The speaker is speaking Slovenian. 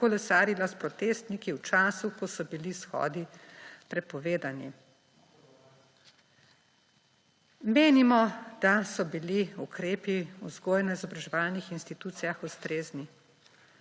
kolesarila s protestniki v času, ko so bili shodi prepovedani. Menimo, da so bili ukrepi v vzgojno-izobraževalnih institucijah ustrezni.